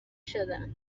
شدن